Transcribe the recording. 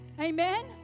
Amen